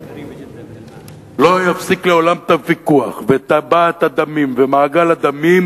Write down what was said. זה לא יפסיק לעולם את הוויכוח ואת טבעת הדמים ומעגל הדמים,